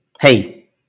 Hey